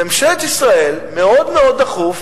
ממשלת ישראל, מאוד מאוד דחוף,